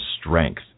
strength